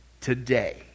today